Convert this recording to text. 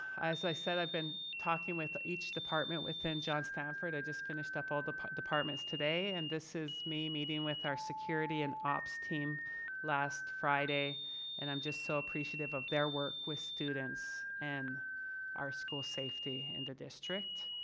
i said i've been talking with each department within john stanford. i just finished up all the departments today and this is me meeting with our security and ops team last friday and i'm just so appreciative of their work with students and our school safety in the district.